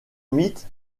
mythe